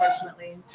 unfortunately